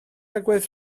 agwedd